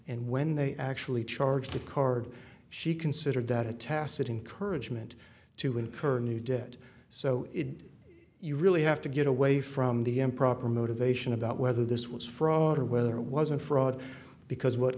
and when they actually charged the card she considered that a tacit encourage meant to incur new debt so you really have to get away from the improper motivation about whether this was fraud or whether it wasn't fraud because what